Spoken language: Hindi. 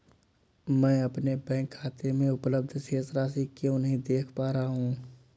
मैं अपने बैंक खाते में उपलब्ध शेष राशि क्यो नहीं देख पा रहा हूँ?